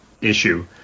issue